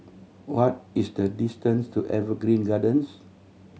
what is the distance to Evergreen Gardens